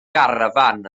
garafán